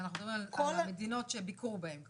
ואנחנו מדברים על המדינות שביקרו בהן כמובן.